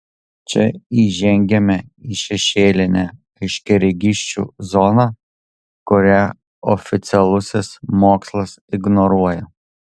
čia įžengiame į šešėlinę aiškiaregysčių zoną kurią oficialusis mokslas ignoruoja